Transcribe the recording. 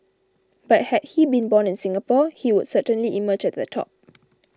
but had he been born in Singapore he would certainly emerge at the top